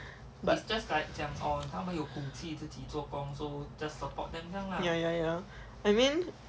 but ya ya ya I mean